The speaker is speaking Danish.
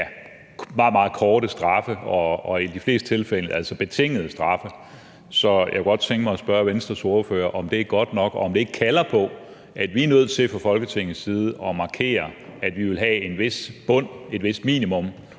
meget korte straffe og i de fleste tilfælde altså betingede straffe. Så jeg kunne godt tænke mig at spørge Venstres ordfører, om det er godt nok, eller om det ikke kalder på, at vi er nødt til fra Folketingets side at markere, at vi vil have en vis bund, et vist minimum